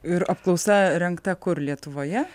ir apklausa rengta kur lietuvoje